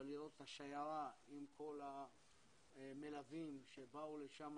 אבל לראות את השיירה עם כל המלווים שבאו לשם,